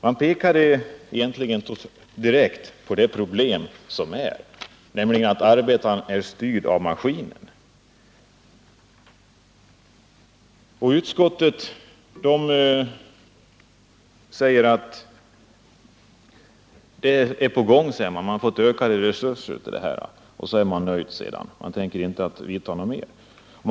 LO pekade direkt på det problem som råder, nämligen att arbetaren är styrd av maskiner. Utskottet säger i detta sammanhang att ett arbete är på gång och att arbetarskyddsstyrelsen har fått ökade resurser till detta område. Med det är utskottet nöjt och tänker inte vidta fler åtgärder.